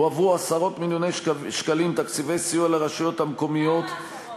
הועברו עשרות-מיליוני שקלים תקציבי סיוע לרשויות המקומיות,